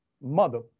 Mother